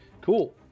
Cool